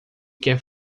quer